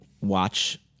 watch